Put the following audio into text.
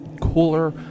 cooler